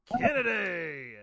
Kennedy